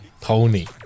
Tony